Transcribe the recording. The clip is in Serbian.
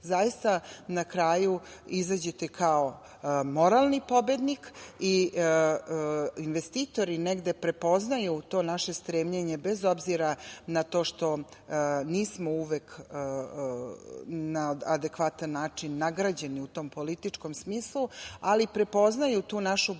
zaista, na kraju izađete kao moralni pobednik. I investitori negde prepoznaju to naše stremljenje, bez obzira na to što nismo uvek na adekvatan način nagrađeni u tom političkom smislu, ali prepoznaju tu našu borbu